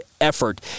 effort